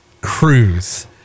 cruise